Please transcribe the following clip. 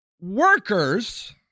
workers